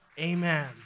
Amen